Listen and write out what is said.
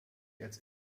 als